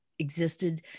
Existed